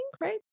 right